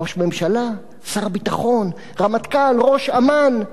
ראש ממשלה, שר ביטחון, רמטכ"ל, ראש אמ"ן,